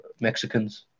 Mexicans